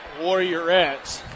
Warriorettes